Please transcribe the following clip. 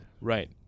right